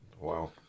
Wow